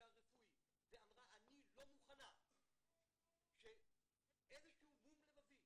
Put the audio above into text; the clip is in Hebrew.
הרפואי ואמרה: אני לא מוכנה שאיזשהו מום לבבי